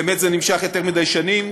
באמת זה נמשך יותר מדי שנים.